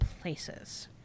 places